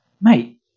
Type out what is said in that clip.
Mate